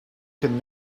can